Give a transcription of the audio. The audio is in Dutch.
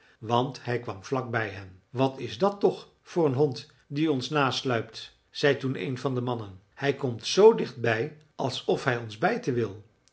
want hij kwam vlak bij hen wat is dat toch voor een hond die ons nasluipt zei toen een van de mannen hij komt zoo dicht bij alsof hij ons bijten wil